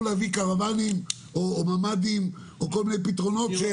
להביא קרוונים או ממ"דים או כל מיני פתרונות?